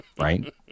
right